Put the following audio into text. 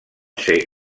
ser